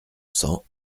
cents